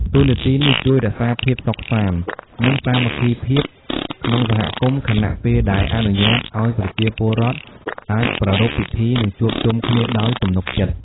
តួនាទីនេះជួយរក្សាភាពសុខសាន្ត និងសាមគ្គីភាពក្នុងសហគមន៍ ខណៈពេលដែលអនុញ្ញាតឱ្យប្រជាពលរដ្ឋអាចប្រារព្ធពិធី និងជួបជុំគ្នាដោយទំនុកចិត្ត។